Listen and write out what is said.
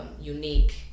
Unique